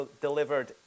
delivered